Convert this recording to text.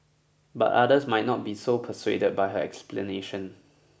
but others might not be so persuaded by her explanation